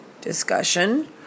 discussion